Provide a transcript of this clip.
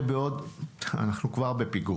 אנחנו כבר בפיגור.